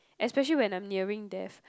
especially when I'm nearing death